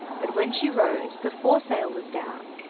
but when she rose the foresail was down,